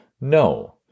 No